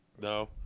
No